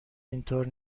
اینطور